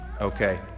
okay